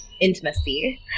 intimacy